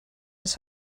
his